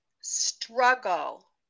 struggle